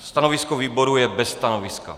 Stanovisko výboru je bez stanoviska.